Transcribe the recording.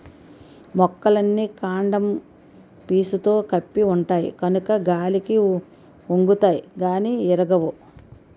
మొక్కలన్నీ కాండము పీసుతో కప్పి ఉంటాయి కనుక గాలికి ఒంగుతాయి గానీ ఇరగవు